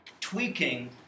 tweaking